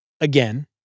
again